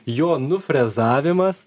jo nufrezavimas